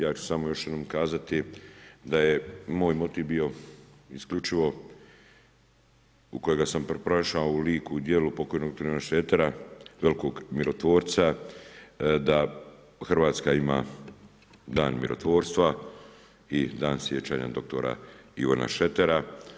Ja ću samo još jednom kazati da je moj motiv bio isključivo u kojega sam pronašao u liku i djelu pokojnoga dr. Ivana Šretera, velikog mirotvorca da Hrvatska ima dan mirotvorstva i dan sjećanja na dr. Ivana Šretera.